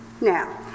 Now